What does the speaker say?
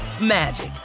magic